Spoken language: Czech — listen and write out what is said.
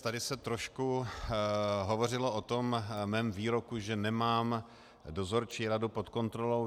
Tady se trošku hovořilo o mém výroku, že nemám dozorčí radu pod kontrolou.